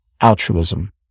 altruism